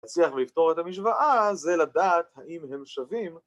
להצליח ולפתור את המשוואה זה לדעת האם הם שווים